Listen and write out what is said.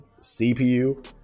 CPU